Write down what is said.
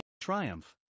triumph